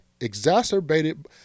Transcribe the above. exacerbated